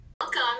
Welcome